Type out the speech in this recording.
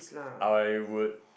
I would